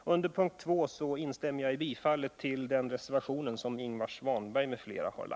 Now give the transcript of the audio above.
När det gäller mom. 2 instämmer jag i bifallet till reservationen av Ingvar Svanberg m.fl.